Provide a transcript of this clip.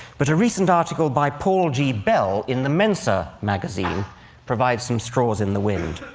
but a recent article by paul g. bell in the mensa magazine provides some straws in the wind.